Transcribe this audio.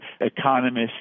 economists